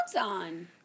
on